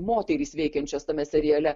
moterys veikiančios tame seriale